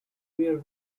rear